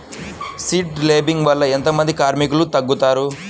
Seed లేంబింగ్ వల్ల ఎంత మంది కార్మికులు తగ్గుతారు?